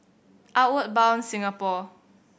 Outward Bound Singapore